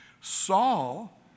Saul